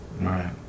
Right